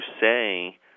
say